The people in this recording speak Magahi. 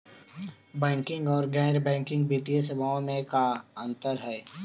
बैंकिंग और गैर बैंकिंग वित्तीय सेवाओं में का अंतर हइ?